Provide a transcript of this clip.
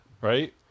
right